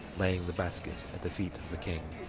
laying the basket at the feet of the king.